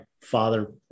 father